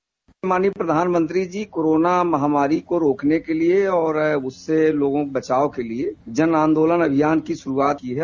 bite माननीय प्रधानमंत्री ji corona महामारी को रोकने के लिए और इससे लोगों के बचाव के लिए जन आन्दोलन की शुरूआत की है